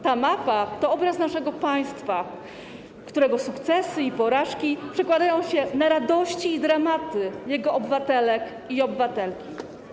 Ta mapa to obraz naszego państwa, którego sukcesy i porażki przekładają się na radości i dramaty jego obywatelek i obywateli.